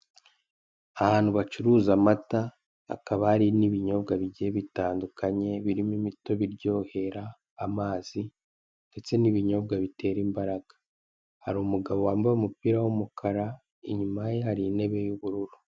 Ahantu bacuruza amata hakaba hari n' ibinyobwa bigiye bitandukanye birimo; imitobe iryohera, amazi ndetse n' ibinyobwa bitera imbaraga. Hari umugabo wambaye umupira w' umukara inyuma ye hari intebe y' ubururu.